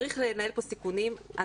צריך לנהל פה סיכונים.